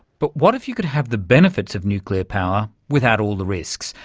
but what if you could have the benefits of nuclear power without all the risks,